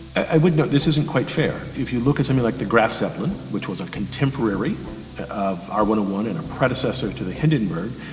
i would note this isn't quite fair. if you look at something like the graf zeppelin, which was a contemporary of r one zero one and a predecessor to the hindenburg,